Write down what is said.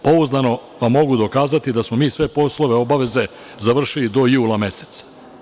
Pouzdano vam mogu dokazati da smo mi sve poslove, obaveze završili do jula meseca.